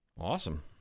Awesome